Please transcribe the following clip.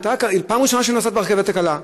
פעם ראשונה שהיא נוסעת ברכבת הקלה.